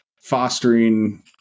fostering